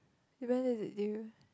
when is it due